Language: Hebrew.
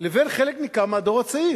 לבין חלק ניכר מהדור הצעיר.